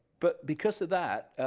but because of that,